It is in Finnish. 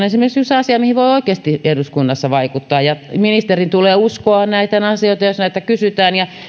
esimerkiksi yksi asia mihin voi oikeasti eduskunnassa vaikuttaa ministerin tulee uskoa näitä asioita jos näitä kysytään ja